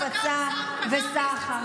הפצה וסחר".